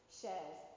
shares